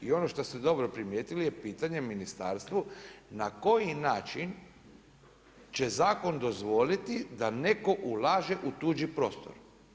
I ono što ste dobro primijetili je pitanje ministarstvu, na koji način će zakon dozvoliti da neko ulaže u tuđi prostor.